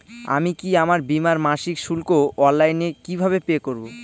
আমি কি আমার বীমার মাসিক শুল্ক অনলাইনে কিভাবে পে করব?